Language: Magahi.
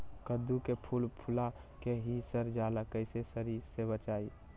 कददु के फूल फुला के ही सर जाला कइसे सरी से बचाई?